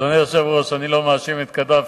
אדוני היושב-ראש, אני לא מאשים את קדאפי,